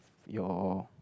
your